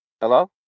Hello